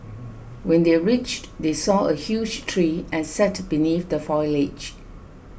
when they reached they saw a huge tree and sat beneath the foliage